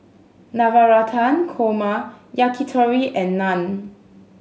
Navratan Korma Yakitori and Naan